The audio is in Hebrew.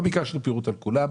לא ביקשנו פירוט על כולם.